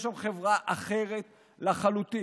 יש שם חברה אחרת לחלוטין.